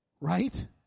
right